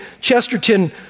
Chesterton